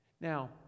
Now